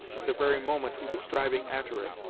at the very moment he was striving a'ter it.